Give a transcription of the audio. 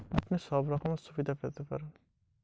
আমি আর কি কি সুবিধা পাব?